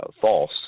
false